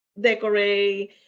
decorate